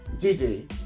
Gigi